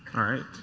all right.